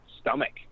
stomach